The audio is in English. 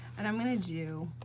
and i'm gonna do,